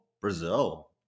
brazil